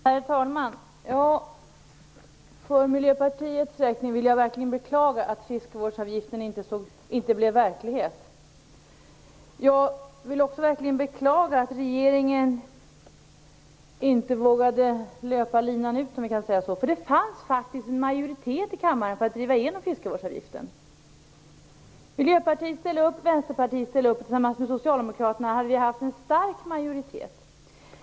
Herr talman! För Miljöpartiets räkning vill jag verkligen beklaga att fiskevårdsavgiften inte blev verklighet. Jag vill också verkligen beklaga att regeringen inte vågade löpa linan ut. Det fanns faktiskt en majoritet i kammaren för att driva igenom fiskevårdsavgiften. Miljöpartiet ställde upp. Vänsterpartiet ställde upp. Tillsammans med Socialdemokraterna hade vi haft en stark majoritet.